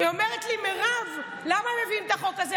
היא אומרת לי: מירב, למה מביאים את החוק הזה?